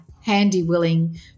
handy-willing